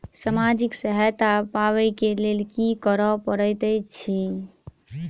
सामाजिक सहायता पाबै केँ लेल की करऽ पड़तै छी?